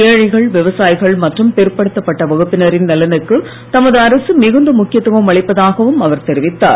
ஏழைகள் விவசாயிகள் மற்றும் பிற்படுத்தப்பட்ட வகுப்பினரின் நலனுக்கு தமது அரசு மிகுந்த முக்கியத்துவம் அளிப்பதாகவும் அவர் தெரிவித்தார்